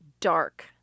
dark